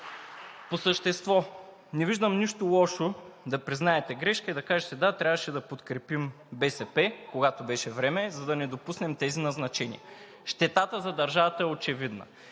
По същество. Не виждам нищо лошо да признаете грешка и да кажете: да, трябваше да подкрепим БСП, когато беше време, за да не допуснем тези назначения. Щетата за държавата е очевидна